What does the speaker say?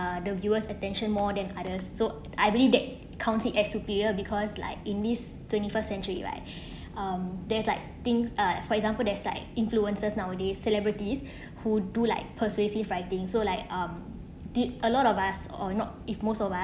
uh the viewer's attention more than others so I believe that count it as superior because like in this twenty first century right um there's like things uh for example there's like influences nowadays celebrities who do like persuasive writing so like um did a lot of us or not if most of us